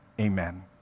Amen